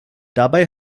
dabei